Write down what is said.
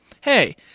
hey